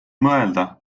mõelda